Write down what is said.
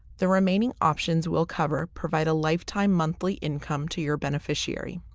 the remaining options we'll cover provide a lifetime monthly income to your beneficiary.